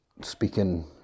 speaking